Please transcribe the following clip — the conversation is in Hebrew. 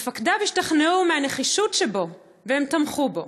מפקדיו השתכנעו מהנחישות שבו, ותמכו בו.